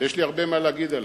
יש לי הרבה מה להגיד עליו,